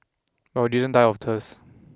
but we didn't die of thirst